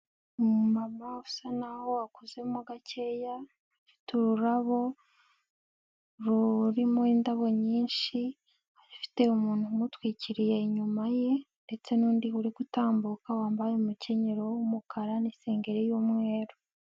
Umumama usa n'aho akuzemo gakeya, ufite ururabo rurimo indabo nyinshi, afite umuntu umutwikiriye inyuma ye ndetse n'undi uri gutambuka wambaye umukenyero w'umukara n'isengegeri y'umweru.